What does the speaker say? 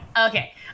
Okay